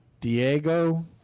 Diego